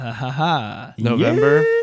November